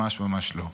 ממש ממש לא.